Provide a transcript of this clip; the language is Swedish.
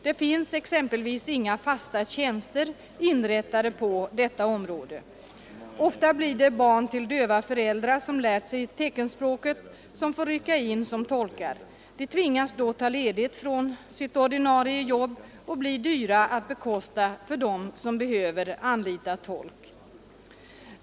Det finns exempelvis inga fasta tjänster inrättade på detta område. Ofta blir det barn till döva föräldrar som lärt sig teckenspråket som får rycka in som tolkar. De tvingas då ta ledigt från sitt ordinarie jobb och blir dyra att bekosta för dem som behöver anlita tolk.